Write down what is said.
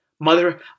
Mother